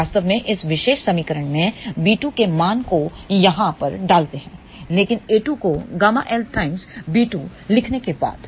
हम वास्तव में इस विशेष समीकरण में b2 के मान को यहाँ पर डालते है लेकिन a2 को ƬLटाइम्स b2 लिखने के बाद